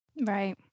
Right